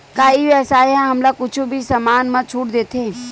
का ई व्यवसाय ह हमला कुछु भी समान मा छुट देथे?